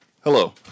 Hello